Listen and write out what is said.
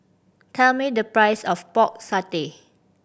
tell me the price of Pork Satay